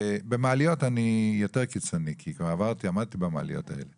מעליות אני יותר קיצוני כי כבר עמדתי במעליות האלה